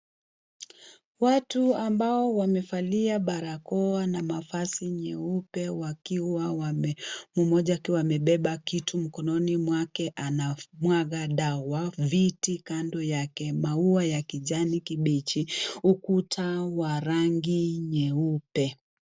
Watu ambao wamevalia barakoa na na mavazi nyeupe, mmoja akiwa amebeba kitu mkononi mwake anamwaga dawa, viti kando yake, maua ya kijani kibichi huku taa wa rangi nyeupe.